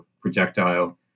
projectile